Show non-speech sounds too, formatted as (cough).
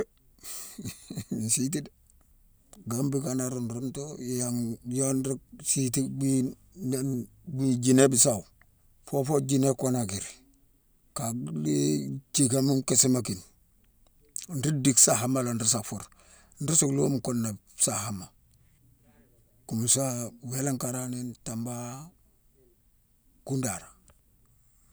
(laughs) nsiiti dé: gambie kanar nrumtu; yangh- yonru-nsiiti bhii ninne- bhii guinée bissau fo fo guinée konakri kaa dhii- thickame nkisima kine. Nruu dick saama, nruu sa fur. Nruusu loome nkuna, saama. Kumsa wélinkara nin, tamba, kundara.